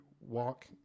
walk